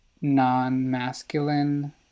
non-masculine